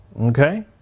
okay